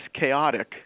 chaotic